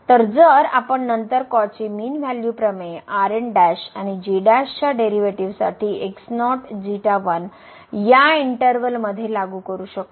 तर जर आपण नंतर कॉची मीन व्हॅल्यू प्रमेय आणि च्या डेरिव्हेटिव्हजसाठीया इंटर्वल मध्ये लागू करू शकतो